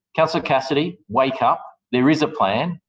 councillor cassidy, wake up there is a plan.